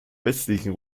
westlichen